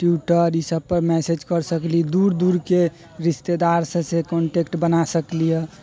Twitter ईसबपर message करि सकली दूर दूरके रिश्तेदारसँ कान्टैक्ट बना सकली हँ